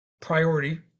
priority